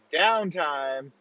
downtime